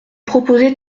proposez